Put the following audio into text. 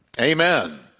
Amen